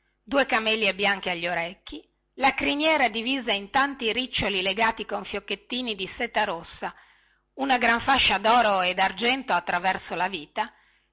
due camelie bianche agli orecchi la criniera divisa in tanti riccioli legati con fiocchettini dargento attraverso alla vita